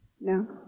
No